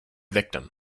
victim